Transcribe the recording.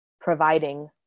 providing